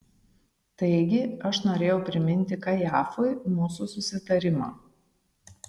taigi aš norėjau priminti kajafui mūsų susitarimą